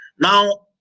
Now